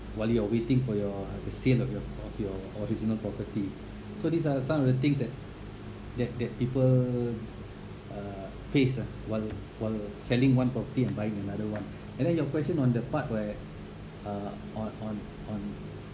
while you're waiting for your the sale of your of your original property so these are some of the things that that that people uh face ah while while selling one property and buying another one and then your question on the part where uh on on on